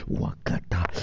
wakata